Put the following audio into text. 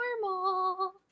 normal